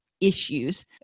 issues